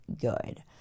good